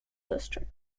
district